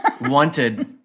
Wanted